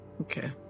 Okay